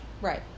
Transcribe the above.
right